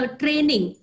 training